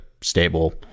stable